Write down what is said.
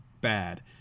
bad